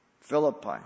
Philippi